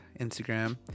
Instagram